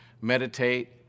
Meditate